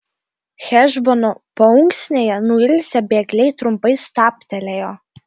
hešbono paunksnėje nuilsę bėgliai trumpai stabtelėjo